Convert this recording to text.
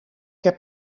heb